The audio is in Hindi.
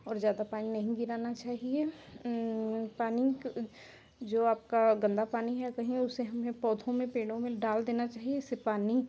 और ज़्यादा पानी नहीं गिराना चाहिए पानी जो आपका गन्दा पानी है कहीं उसे हमें पौधों में पेड़ों में डाल देना चाहिए इससे पानी